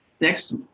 next